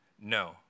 No